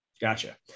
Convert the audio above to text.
Gotcha